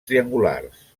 triangulars